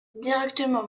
directement